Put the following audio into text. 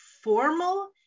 formal